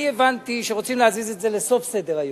אני הבנתי שרוצים להזיז את זה לסוף סדר-היום,